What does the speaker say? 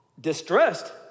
distressed